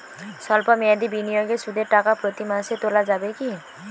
সল্প মেয়াদি বিনিয়োগে সুদের টাকা প্রতি মাসে তোলা যাবে কি?